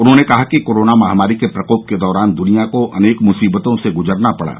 उन्होंने कहा कि कोरोना महामारी के प्रकोप के दौरान दुनिया को अनेक मुसीबतों से गुजरना पड़ा